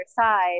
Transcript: side